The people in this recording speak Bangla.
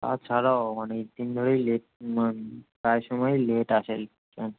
তাছাড়াও অনেক দিন ধরেই লেট প্রায় সময়ই লেট আসে ট্রেন